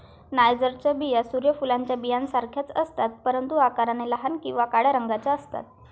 नायजरच्या बिया सूर्य फुलाच्या बियांसारख्याच असतात, परंतु आकाराने लहान आणि काळ्या रंगाच्या असतात